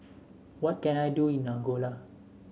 what can I do in Angola